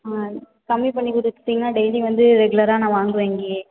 ஆ கம்மி பண்ணி கொடுத்தீங்கன்னா டெய்லியும் வந்து ரெகுலராக நான் வாங்குவேன் இங்கேயே